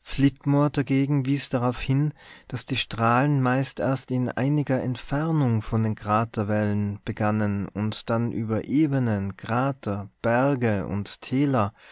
flitmore dagegen wies darauf hin daß die strahlen meist erst in einiger entfernung von den kraterwällen begannen und dann über ebenen krater berge und täler